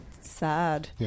sad